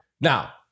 Now